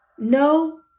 No